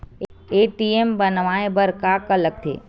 ATM बनवाय बर का का लगथे?